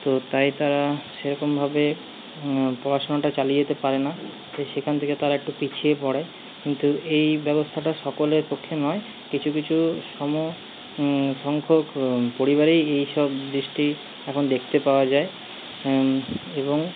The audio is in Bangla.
তো তাই তারা সেরকমভাবে পড়াশোনাটা চালিয়ে যেতে পারে না সেখান থেকে তারা একটু পিছিয়ে পড়ে কিন্তু এই ব্যবস্থাটা সকলের পক্ষে নয় কিছু কিছু সম সংখ্যক পরিবারেই এইসব দৃষ্টি এখন দেখতে পাওয়া যায় এবং